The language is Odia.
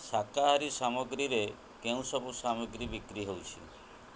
ଶାକାହାରୀ ସାମଗ୍ରୀରେ କେଉଁସବୁ ସାମଗ୍ରୀ ବିକ୍ରି ହେଉଛି